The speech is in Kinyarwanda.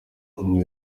nka